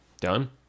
Done